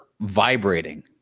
vibrating